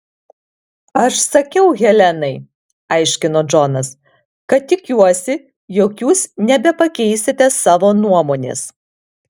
aš sakiau helenai aiškino džonas kad tikiuosi jog jūs nebepakeisite savo nuomonės